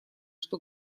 что